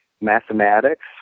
mathematics